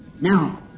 Now